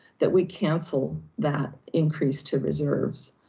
that we cancel that increase to reserves.